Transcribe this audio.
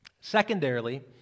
Secondarily